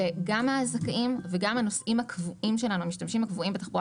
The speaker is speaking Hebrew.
גם הזכאים וגם המשתמשים הקבועים בתחבורה